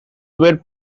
were